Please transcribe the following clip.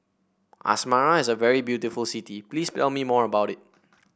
Asmara is a very beautiful city please tell me more about it